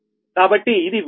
కాబట్టి ఇది వేరొక లక్షణం